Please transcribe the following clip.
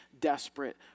desperate